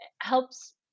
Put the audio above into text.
helps